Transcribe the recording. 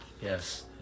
Yes